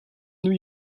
new